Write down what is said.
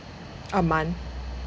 a month